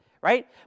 Right